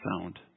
sound